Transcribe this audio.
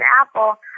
Apple